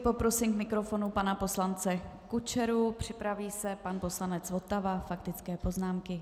Poprosím k mikrofonu pana poslance Kučeru, připraví se pan poslanec Votava, faktické poznámky.